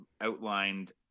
outlined